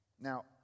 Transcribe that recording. Now